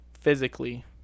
physically